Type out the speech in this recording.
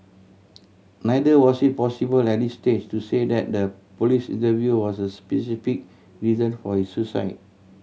neither was it possible at this stage to say that the police interview was the specific reason for his suicide